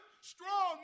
strong